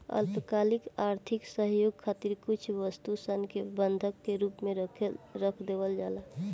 अल्पकालिक आर्थिक सहयोग खातिर कुछ वस्तु सन के बंधक के रूप में रख देवल जाला